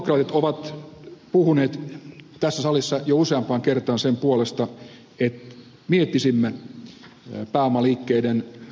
sosialidemokraatit ovat puhuneet tässä salissa jo useampaan kertaan sen puolesta että miettisimme pääomaliikkeiden verotusta